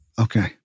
Okay